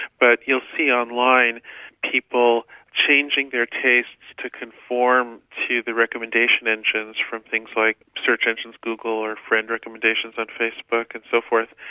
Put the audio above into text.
but you'll see online people changing their tastes to conform, to the recommendation engines from things like search engines, google or friend recommendations on facebook and so forth,